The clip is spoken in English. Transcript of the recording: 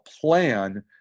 plan